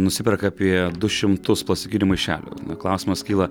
nusiperka apie du šimtus plastikinių maišelių klausimas kyla